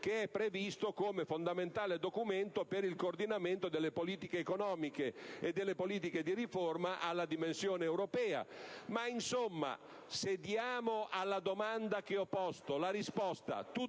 che è previsto come fondamentale documento per il coordinamento delle politiche economiche e delle politiche di riforma alla dimensione europea. Insomma, se alla domanda che ho posto rispondiamo